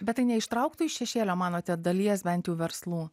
bet tai neištrauktų iš šešėlio manote dalies bent jau verslų